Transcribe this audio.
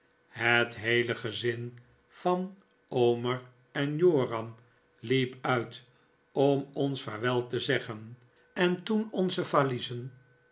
het heele gezin van omer en joram liep uit om ons vaarwel te zeggen en toen onze valiezen